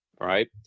right